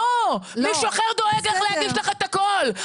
מישהו אחר דואג להגיש לך את הכול,